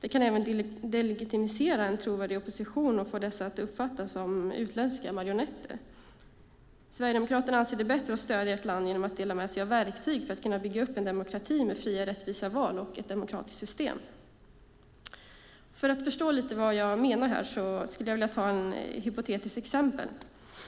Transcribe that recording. Det kan även delegitimera en trovärdig opposition och få dem som finns där att uppfattas som utländska marionetter. Sverigedemokraterna anser det vara bättre att stödja ett land genom att dela med sig av verktyg för att kunna bygga upp en demokrati med fria, rättvisa val och ett demokratiskt system. För att lite grann förstå vad jag menar skulle jag vilja ta ett hypotetiskt exempel.